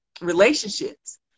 relationships